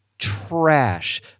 Trash